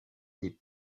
des